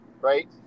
right